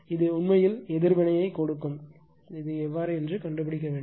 இது உண்மையில் எதிர்வினை கொடுக்கும் எப்படி என்பதைக் கண்டுபிடிக்க வேண்டும்